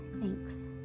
thanks